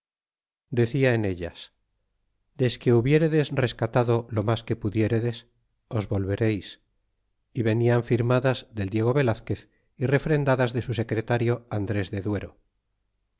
decia en ellas desque hubieredes rescatado lo mas que pudieredes os volvereis y venian firmadas del diego velazquez y refrendadas de su secretario andres de duero